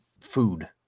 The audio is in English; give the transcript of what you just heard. food